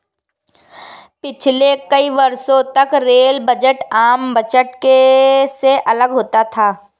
पिछले कई वर्षों तक रेल बजट आम बजट से अलग होता था